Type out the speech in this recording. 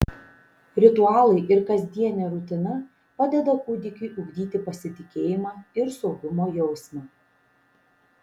ritualai ir kasdienė rutina padeda kūdikiui ugdyti pasitikėjimą ir saugumo jausmą